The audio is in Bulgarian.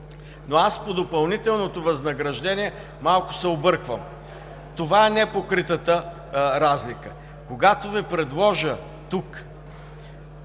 но аз по допълнителното възнаграждение малко се обърквам. Това е непокритата разлика. Когато Ви предложа тук